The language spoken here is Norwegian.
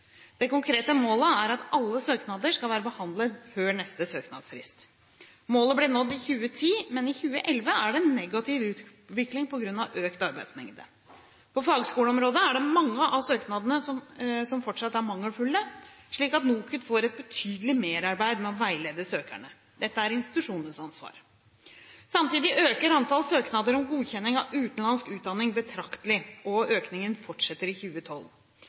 Det konkrete målet er at alle søknader skal være behandlet før neste søknadsfrist. Målet ble nådd i 2010, men i 2011 er det en negativ utvikling på grunn av økt arbeidsmengde. På fagskoleområdet er det mange av søknadene som fortsatt er mangelfulle, slik at NOKUT får et betydelig merarbeid med å veilede søkerne. Dette er institusjonenes ansvar. Samtidig øker antall søknader om godkjenning av utenlandsk utdanning betraktelig, og økningen fortsetter i 2012.